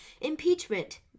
impeachment